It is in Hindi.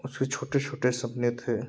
उसके छोटे छोटे सपने थे